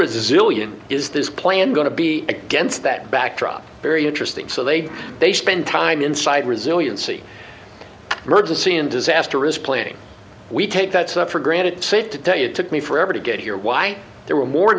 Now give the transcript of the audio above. resilient is this plan going to be against that backdrop very interesting so they've they spent time inside resiliency emergency and disaster is planning we take that stuff for granted it's safe to tell you it took me forever to get here why there were more